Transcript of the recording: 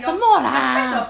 什么啦